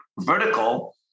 vertical